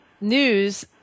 news